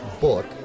book